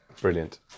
Brilliant